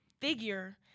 figure